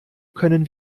können